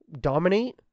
dominate